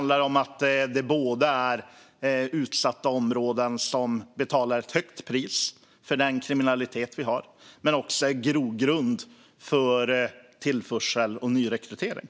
Det är utsatta områden som betalar ett högt pris för den kriminalitet som vi har. Men det är också en grogrund för tillförsel och nyrekrytering.